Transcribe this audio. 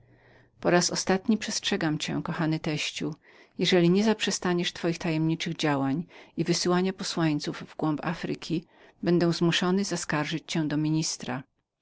po raz ostatni przestrzegem cię kochany teściu jeżeli nie zaprzestaniesz twoich tajemnych wycieczek i wysyłać posłańców w głąb afryki będę zmuszonym zaskarżyć cię do ministra